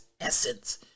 essence